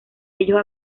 ellos